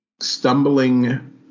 stumbling